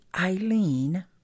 Eileen